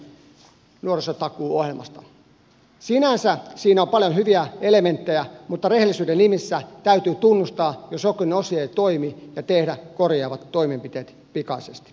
sinänsä siinä on paljon hyviä elementtejä mutta rehellisyyden nimissä täytyy tunnustaa jos jokin osio ei toimi ja tehdä korjaavat toimenpiteet pikaisesti